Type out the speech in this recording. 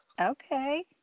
Okay